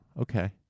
okay